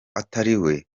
atariwe